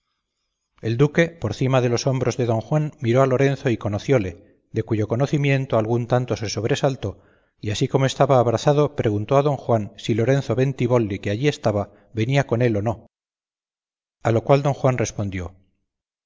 el duque por cima de los hombros de don juan miró a lorenzo y conocióle de cuyo conocimiento algún tanto se sobresaltó y así como estaba abrazado preguntó a don juan si lorenzo bentibolli que allí estaba venía con él o no a lo cual don juan respondió